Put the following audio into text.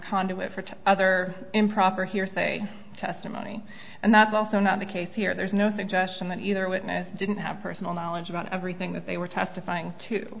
conduit for other improper hearsay testimony and that's also not the case here there's no suggestion that either a witness didn't have personal knowledge about everything that they were testifying to